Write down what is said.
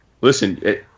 Listen